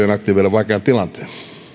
vaikean tilanteen